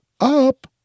up